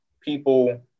people